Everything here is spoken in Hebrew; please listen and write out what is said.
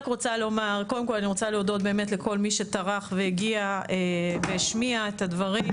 אני רוצה להודות באמת לכל מי שטרח והגיע והשמיע את הדברים,